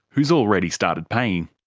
who's already started paying.